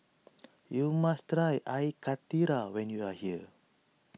you must try Air Karthira when you are here